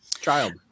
child